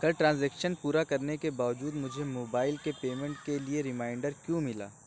کل ٹرانزیکشن پورا کرنے کے باوجود مجھے موبائل کے پیمنٹ کے لیے ریمائنڈر کیوں ملا